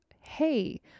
Hey